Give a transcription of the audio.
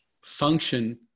function